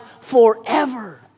forever